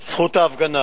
זכות ההפגנה